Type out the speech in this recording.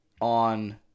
on